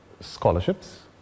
scholarships